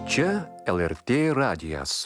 čia el er t radijas